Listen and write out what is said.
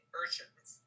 urchins